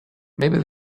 maybe